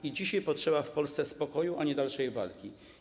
I dzisiaj potrzeba w Polsce spokoju, a nie dalszej walki.